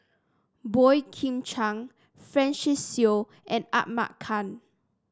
Boey Kim Cheng Francis Seow and Ahmad Khan